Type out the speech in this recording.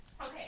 Okay